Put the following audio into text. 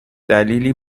دلیلی